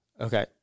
Okay